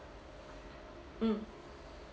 mm